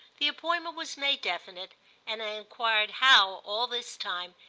the appointment was made definite and i enquired how, all this time,